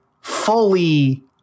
fully